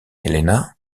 helena